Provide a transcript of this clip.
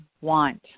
want